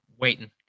waiting